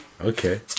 okay